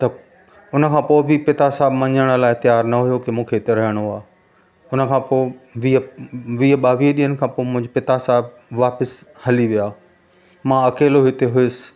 त हुन खां पोइ बि पिता साहिबु मञण लाइ तयार न हुओ की मूंखे हिते रहिणो आहे हुन खां पोइ वीह वीह ॿावीह ॾींहनि खां पोइ मुंहिंजो पिता साहिबु वापसि हली विया मां अकेलो हिते हुउसि